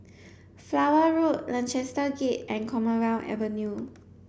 Flower Road Lancaster Gate and Commonwealth Avenue